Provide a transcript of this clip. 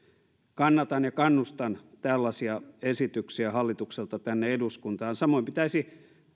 kannatan ja kannustan tällaisia esityksiä hallitukselta tänne eduskuntaan samoin pitäisi